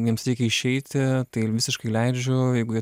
jiems reikia išeiti tai ir visiškai leidžiu jeigu jie